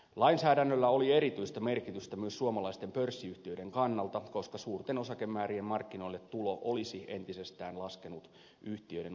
lainsäädännöllä oli erityistä merkitystä myös suomalaisten pörssiyhtiöiden kannalta koska suurten osakemäärien markkinoille tulo olisi entisestään laskenut yhtiöiden osakkeiden arvoa